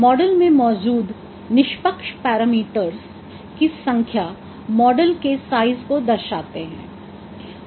model में मौजूद निष्पक्ष पैरामीटर्स की संख्या मॉडल के साइज़ को दर्शाते हैं